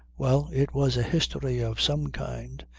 well, it was a history of some kind,